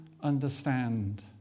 understand